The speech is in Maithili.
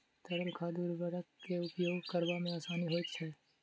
तरल खाद उर्वरक के उपयोग करबा मे आसानी होइत छै